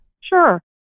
Sure